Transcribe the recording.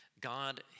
God